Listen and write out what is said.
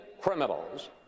criminals